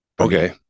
Okay